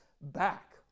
back